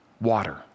water